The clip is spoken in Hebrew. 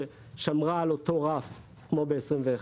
ששמרה על אותו רף כמו ב-21,